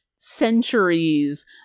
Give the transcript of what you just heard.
centuries